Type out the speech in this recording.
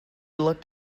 looked